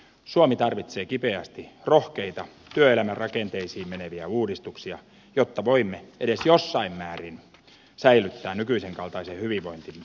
suomi tarvitsee kipeästi rohkeita työelämän rakenteisiin meneviä uudistuksia jotta voimme edes jossain määrin säilyttää nykyisenkaltaisen hyvinvointimme tason